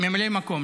ממלא מקום.